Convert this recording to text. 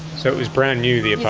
so was brand new, the